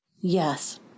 Yes